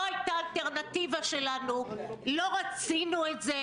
אבי, חתום על זה באופן אישי, על הצעת חוק שתאמין